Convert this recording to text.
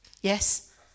yes